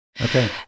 okay